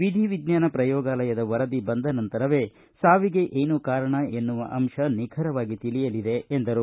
ವಿಧಿ ವಿಜ್ಞಾನ ಶ್ರಯೋಗಾಲಯದ ವರದಿ ಬಂದ ನಂತರವೇ ಸಾವಿಗೆ ಏನು ಕಾರಣ ಎನ್ನುವ ಅಂಶ ನಿಖರವಾಗಿ ತಿಳಿಯಲಿದೆ ಎಂದರು